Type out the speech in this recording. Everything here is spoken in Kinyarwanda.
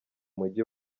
mujyi